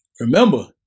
Remember